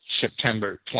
September